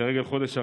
לרגל חודש הרמדאן,